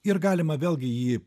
ir galima vėlgi jį